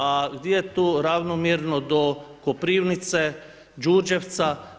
A gdi je tu ravnomjerno do Koprivnice, Đurđevca?